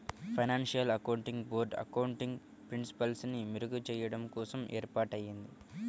financial accounting board accounting ప్రిన్సిపల్స్ని మెరుగుచెయ్యడం కోసం ఏర్పాటయ్యింది